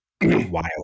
Wild